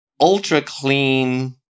ultra-clean